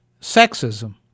Sexism